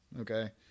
okay